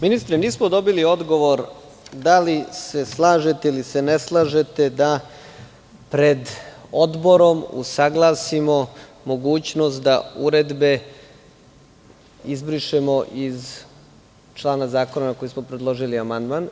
Ministre, nismo dobili odgovor da li se slažete ili se ne slažete da pred Odborom usaglasimo mogućnost da uredbe izbrišemo iz člana zakona na koji smo predložili amandman.